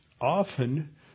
often